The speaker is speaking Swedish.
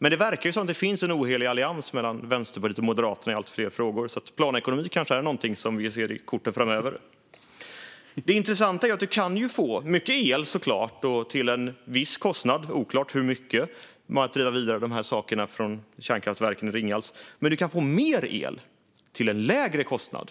Det verkar som att det finns en ohelig allians mellan Vänsterpartiet och Moderaterna i allt fler frågor. Planekonomi är kanske något vi ser i korten framöver. Det intressanta är att du kan få mycket el till en viss kostnad, oklart hur mycket, genom att driva vidare dessa frågor från kärnkraftverket i Ringhals. Men du kan få mer el till en lägre kostnad